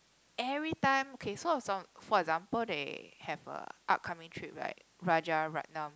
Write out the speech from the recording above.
every time okay so I was on for example they have a upcoming trip right Rajaratnam